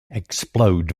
explode